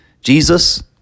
Jesus